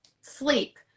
sleep